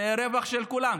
זה רווח של כולם.